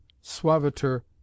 suaviter